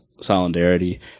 solidarity